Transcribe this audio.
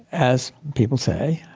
as people say,